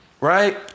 right